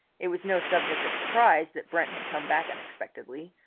it was no subject of surprise that brent had come back unexpectedly,